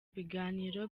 ibiganiro